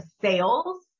sales